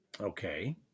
Okay